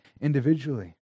individually